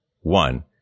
one